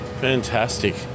fantastic